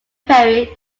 perry